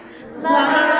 love